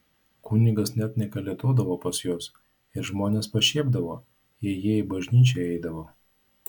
kunigas net nekalėdodavo pas juos ir žmonės pašiepdavo jei jie į bažnyčią eidavo